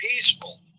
peaceful